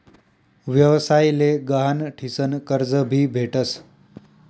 व्यवसाय ले गहाण ठीसन कर्ज भी भेटस